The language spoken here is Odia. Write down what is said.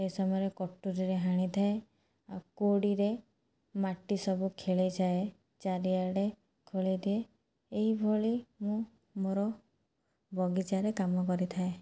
ସେ ସମୟରେ କଟୁରୀରେ ହାଣିଥାଏ ଆଉ କୋଡ଼ିରେ ମାଟି ସବୁ ଖେଳିଯାଏ ଚାରିଆଡ଼େ ଖୋଳି ଦିଏ ଏହିଭଳି ମୁଁ ମୋର ବଗିଚାରେ କାମ କରିଥାଏ